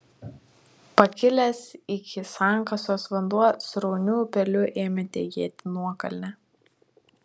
pakilęs iki sankasos vanduo srauniu upeliu ėmė tekėti nuokalne